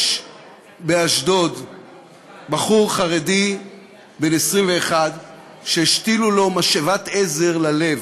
יש באשדוד בחור חרדי בן 21 שהשתילו לו משאבת עזר ללב,